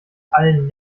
allen